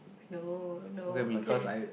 no no okay